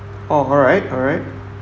orh alright alright